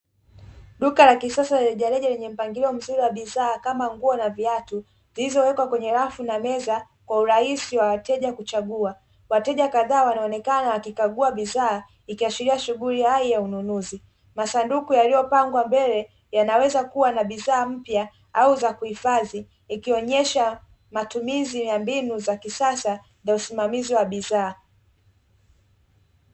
Duka la kisasa lilijalia lenye mpangilio mzuri wa bidhaa kama nguo na viatu zilizowekwa kwenye rafu na meza kwa urahisi wa wateja kuchagua wateja kadhaa wanaonekana wakikagua bidhaa ikiashiria shughuli hai ya ununuzi masanduku yaliyopangwa mbele yanaweza kuwa na bidhaa mpya au za kuhifadhi ikionyesha matumizi mbinu za kisasa ya usimamizi wa bidhaa.